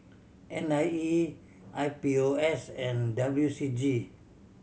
N I E I P O S and W C G